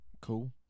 cool